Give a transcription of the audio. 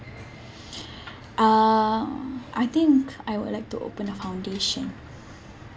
uh I think I would like to open a foundation